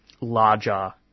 larger